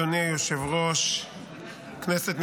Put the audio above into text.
ברשות יושב-ראש הישיבה,